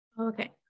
Okay